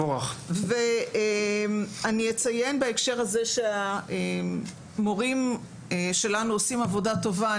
אני אציין בהקשר הזה שהמורים שלנו עושים עבודה טובה.